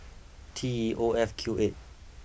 T E O F Q eight